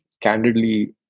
candidly